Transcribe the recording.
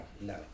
No